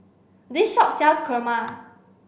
this shop sells Kurma